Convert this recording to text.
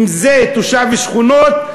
אם זה תושב שכונות,